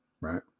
right